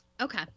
Okay